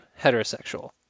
heterosexual